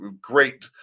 great